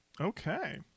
Okay